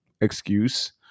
excuse